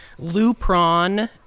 Lupron